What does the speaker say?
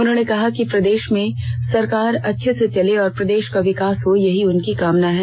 उन्होंने कहा कि प्रदेश में सरकार अच्छे से चले और प्रदेश का विकास हो यही उनकी कामना है